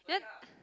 then